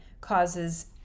causes